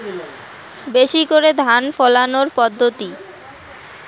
বেশি করে ধান ফলানোর পদ্ধতি?